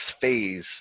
phase